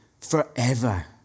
forever